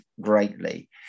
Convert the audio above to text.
greatly